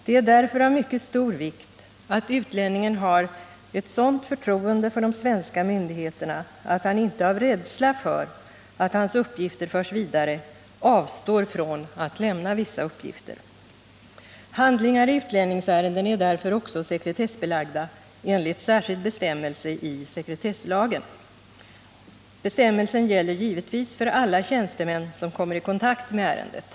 Det är därför av mycket stor vikt, att utlänningen har ett sådant förtroende för de svenska myndigheterna, att han inte av rädsla för att hans uppgifter förs vidare avstår från att lämna vissa uppgifter. Handlingar i utlänningsärenden är därför också sekretessbelagda enligt särskild bestämmelse i sekretesslagen. Bestämmelsen gäller givetvis för alla tjänstemän som kommer i kontakt med ärendet.